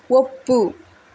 ಒಪ್ಪು